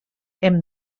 hem